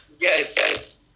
yes